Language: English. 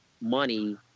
money